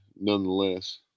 nonetheless